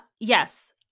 yes